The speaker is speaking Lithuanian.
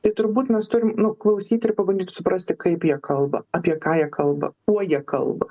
tai turbūt mes turim nu nuklausyt ir pabandyti suprasti kaip jie kalba apie ką jie kalba kuo jie kalba